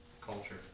Culture